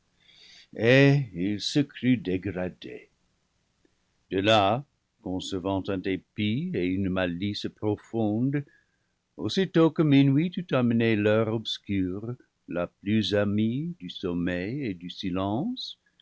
il se crut dégradé de là concevant un dépit et une malice profonde aussitôt que minuit eut amené l'heure ohscure la plus amie du sommeil et du silence